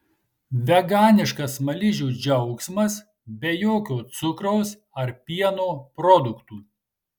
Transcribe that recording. veganiškas smaližių džiaugsmas be jokio cukraus ar pieno produktų